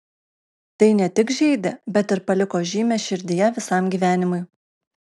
tai ne tik žeidė bet ir paliko žymę širdyje visam gyvenimui